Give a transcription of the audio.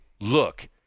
Look